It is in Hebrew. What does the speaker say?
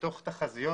מתוך תחזיות